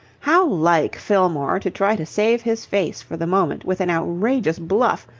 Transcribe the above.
how like fillmore to try to save his face for the moment with an outrageous bluff,